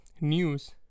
news